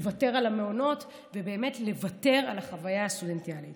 לוותר על המעונות ובאמת לוותר על החוויה הסטודנטיאלית.